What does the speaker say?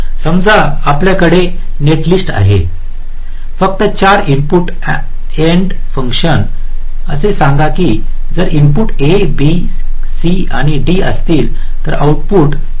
समजा आपल्याकडे याप्रमाणे नेटलिस्ट आहे फक्त 4 इनपुट AND फंक्शन असे सांगा की जर इनपुट A BC आणि D असतील तर आउटपुट एबीसीडी आहे